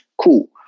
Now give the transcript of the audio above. cool